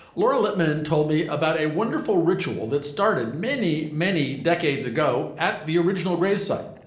laura lippman told me about a wonderful ritual that started many many decades ago at the original gravesite.